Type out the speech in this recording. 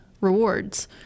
rewards